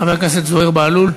חבר הכנסת זוהיר בהלול,